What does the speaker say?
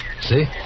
See